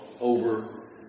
over